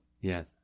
Yes